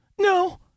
No